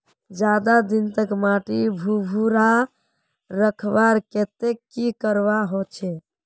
ज्यादा दिन तक माटी भुर्भुरा रखवार केते की करवा होचए?